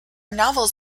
novels